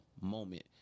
moment